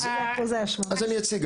אז אני אציג את זה.